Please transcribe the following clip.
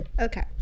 Okay